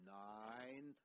nine